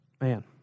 man